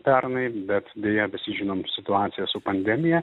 pernai bet deja visi žinom situaciją su pandemija